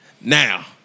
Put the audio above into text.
Now